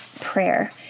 prayer